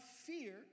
fear